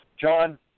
John